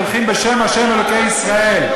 הולכים בשם ה' אלוקי ישראל.